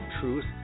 Truth